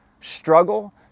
struggle